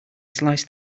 slice